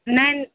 ନାଇଁ